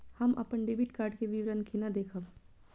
हम अपन debit card के विवरण केना देखब?